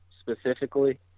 specifically